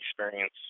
experience